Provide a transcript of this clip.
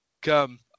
come